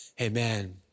amen